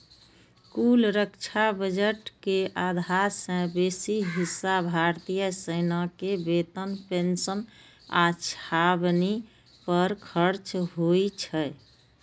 कुल रक्षा बजट के आधा सं बेसी हिस्सा भारतीय सेना के वेतन, पेंशन आ छावनी पर खर्च होइ छै